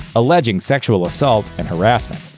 alleging sexual assault and harassment.